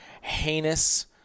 heinous